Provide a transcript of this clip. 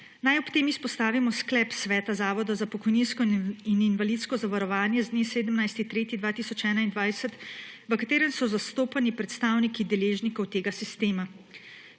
Naj ob tem izpostavimo sklep Sveta Zavoda za pokojninsko in invalidsko zavarovanje z dne 17. 3. 2021, v katerem so zastopani predstavniki deležnikov tega sistema.